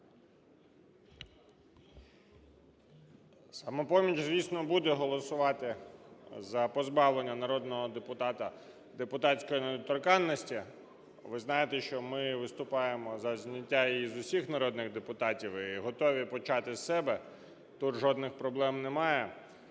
"Самопоміч", звісно, буде голосувати за позбавлення народного депутата депутатської недоторканності. Ви знаєте, що ми виступаємо за зняття її з усіх народних депутатів і готові почати з себе, тут жодних проблем немає.